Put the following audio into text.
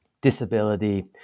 disability